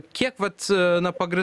kiek vat na pagri